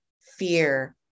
fear